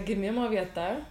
gimimo vieta